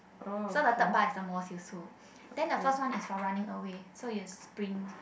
so the third bar is the most useful then the first one is for running away so you sprint